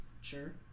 Sure